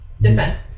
Defense